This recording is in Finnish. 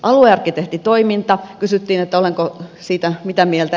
kysyttiin että olenko siitä mitä mieltä